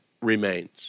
remains